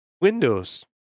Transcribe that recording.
Windows